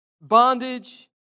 Bondage